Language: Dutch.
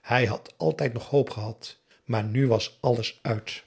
hij had altijd nog hoop gehad maar nu was alles uit